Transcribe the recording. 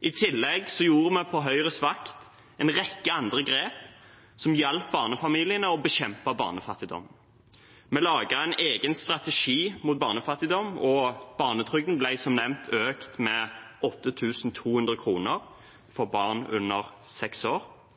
I tillegg gjorde vi på Høyres vakt en rekke andre grep som hjalp barnefamiliene og bekjempet barnefattigdom. Vi laget en egen strategi mot barnefattigdom, og barnetrygden ble som nevnt økt med 8 200 kr for barn under 6 år.